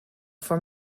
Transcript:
for